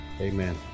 Amen